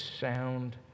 sound